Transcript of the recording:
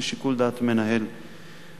לשיקול הדעת של מנהל בית-הספר.